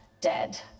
dead